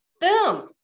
boom